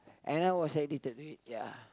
and I was addicted to it ya